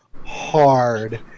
hard